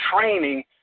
training